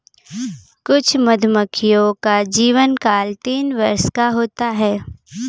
कुछ मधुमक्खियों का जीवनकाल तीन वर्ष का होता है